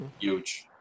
huge